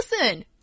listen